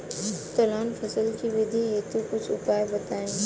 तिलहन फसल के वृद्धि हेतु कुछ उपाय बताई?